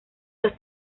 los